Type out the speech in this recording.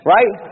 Right